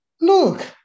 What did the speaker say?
Look